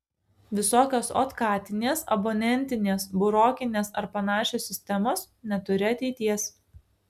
visokios otkatinės abonentinės burokinės ar panašios sistemos neturi ateities